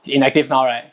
is inactive now right